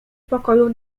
pokojów